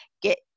get